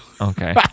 Okay